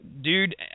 dude